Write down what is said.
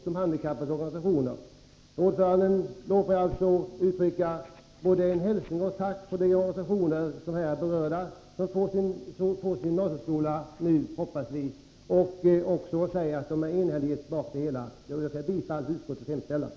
De berörda organisationerna är glada och tacksamma för att de nu, som vi hoppas, får sin skola. De står helt bakom detta förslag och framför sin hälsning och sitt tack. Jag yrkar bifall till utskottets hemställan.